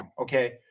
Okay